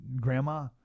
grandma